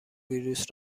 ویروس